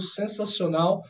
sensacional